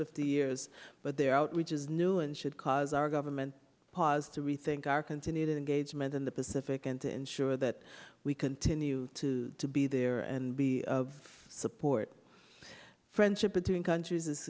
fifty years but their outreach is new and should cause our government pause to rethink our continued engagement in the pacific and to ensure that we continue to to be there and be of support friendship between countries is